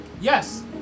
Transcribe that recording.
Yes